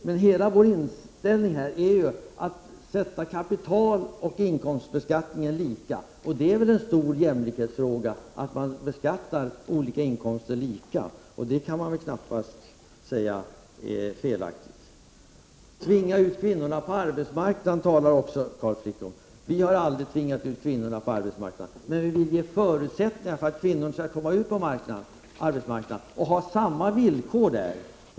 Men hela vår inställning är ju att sätta kapitaloch inkomstbeskattningen lika, och det är väl en stor jämlikhetsfråga att beskatta olika inkomstslag lika — det kan väl knappast sägas vara felaktigt? "Tvinga ut kvinnorna på arbetsmarknaden”, talar också Carl Frick om. Vi har aldrig tvingat ut kvinnorna på arbetsmarknaden, men vi vill ge förutsättningar för att kvinnorna skall kunna komma ut på arbetsmarknaden och ha samma villkor där.